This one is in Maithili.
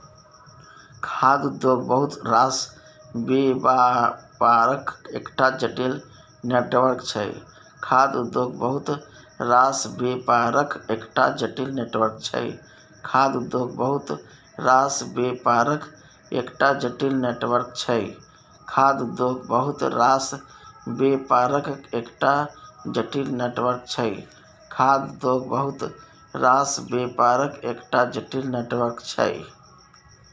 खाद्य उद्योग बहुत रास बेपारक एकटा जटिल नेटवर्क छै